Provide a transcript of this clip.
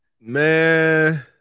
Man